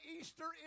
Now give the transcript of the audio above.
Easter